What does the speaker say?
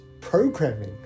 programming